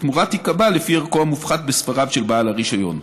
התמורה תיקבע לפי ערכו המופחת בספריו של בעל הרישיון.